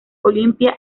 olympia